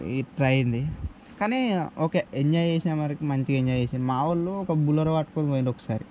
ఇలా అయింది కానీ ఓకే ఎంజాయ్ చేసినంత వరకు మంచిగా ఎంజాయ్ చేసాం మావాళ్ళు ఒక బులెరో పట్టుకుని పోయారు ఒకసారి